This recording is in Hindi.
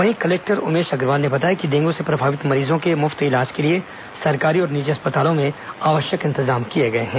वहीं कलेक्टर उमेश अग्रवाल ने बताया कि डेंगू से प्रभावित मरीजों के मुफ्त इलाज के लिए सरकारी और निजी अस्पतालों में आवश्यक इंतजाम किए गए हैं